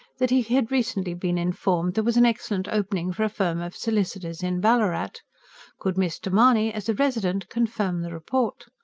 that he had recently been informed there was an excellent opening for a firm of solicitors in ballarat could mr. mahony, as a resident, confirm the report?